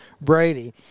Brady